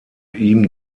ihm